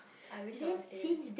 I wish I was there